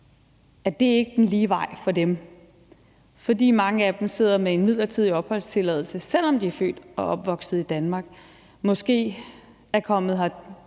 – ikke er den lige vej for dem, fordi mange af dem sidder med en midlertidig opholdstilladelse, selv om de er født og opvokset i Danmark. De er måske